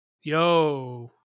yo